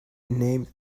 named